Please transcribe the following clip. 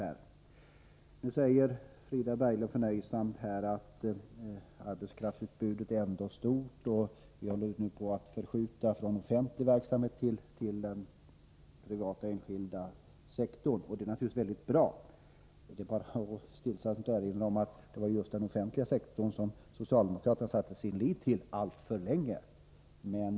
Frida Berglund säger förnöjt att utbudet av arbetstillfällen är stort, att det håller på att förskjutas från offentlig verksamhet till den privata sektorn. Det är naturligtvis bra. Jag vill bara stillsamt erinra om att det var just till den offentliga sektorn som socialdemokratin satte sin lit alltför länge.